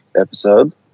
episode